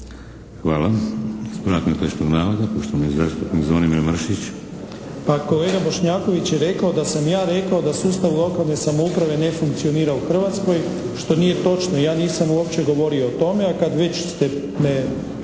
Hvala. Ispravak netočnog navoda, poštovani zastupnik Zvonimir Mršić. **Mršić, Zvonimir (SDP)** Pa kolega Bošnjaković je rekao da sam ja rekao da sustav lokalne samouprave ne funkcionira u Hrvatskoj, što nije točno, ja nisam uopće govorio o tome, a kad već ste